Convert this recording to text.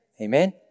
Amen